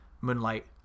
Moonlight